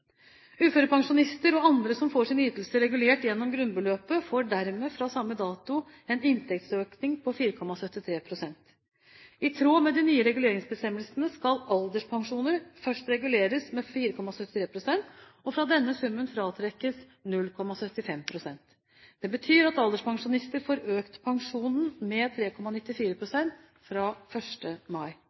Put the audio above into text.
Uførepensjonister og andre som får sine ytelser regulert gjennom grunnbeløpet, får dermed fra samme dato en inntektsøkning på 4,73 pst. I tråd med de nye reguleringsbestemmelsene skal alderspensjoner først reguleres med 4,73 pst., og fra denne summen fratrekkes 0,75 pst. Det betyr at alderspensjonister får økt pensjonen med 3,94 pst. fra 1. mai.